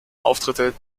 auftritte